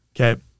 Okay